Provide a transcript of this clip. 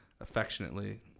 affectionately